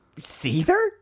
Seether